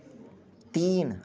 तीन